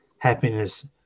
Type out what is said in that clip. happiness